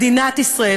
מדינת ישראל,